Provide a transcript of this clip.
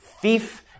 thief